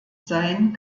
sein